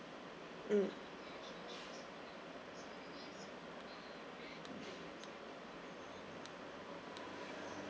mm